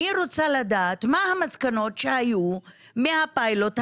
אני רוצה לדעת מה המסקנות שהיו מהפיילוט הזה,